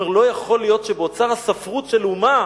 הוא אומר: לא יכול להיות שבאוצר הספרות של אומה